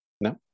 No